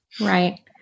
Right